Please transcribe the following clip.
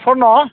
Saran'